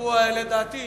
ולדעתי